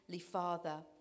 father